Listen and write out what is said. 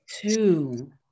Two